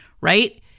right